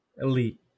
Elite